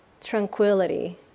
tranquility